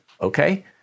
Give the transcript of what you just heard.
Okay